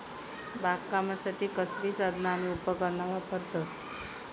बागकामासाठी कसली साधना आणि उपकरणा वापरतत?